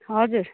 हजुर